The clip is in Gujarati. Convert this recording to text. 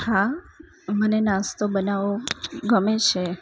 હા મને નાસ્તો બનાવવો ગમે છે